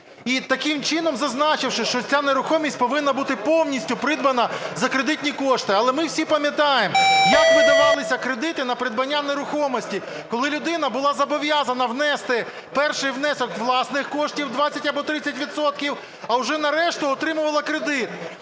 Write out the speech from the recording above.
і таким чином зазначивши, що ця нерухомість повинна бути повністю придбана за кредитні кошти. Але ми всі пам'ятаємо, як видавалися кредити на придбання нерухомості, коли людина була зобов'язана внести перший внесок власних коштів 20 або 30 відсотків, а вже на решту отримувала кредит.